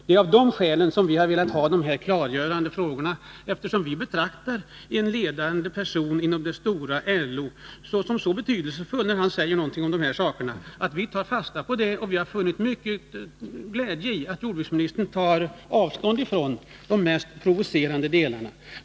Vi har därför velat få klargöranden — vi betraktar ju en ledande person inom det stora LO som så betydelsefull när han säger någonting att vi tar fasta på det. Vi har funnit mycken glädje i att jordbruksministern tar avstånd från de mest provocerande delarna.